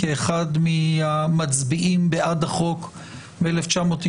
כאחד מהמצביעים בעד החוק ב-1992.